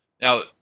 now